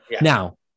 Now